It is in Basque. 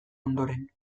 ondoren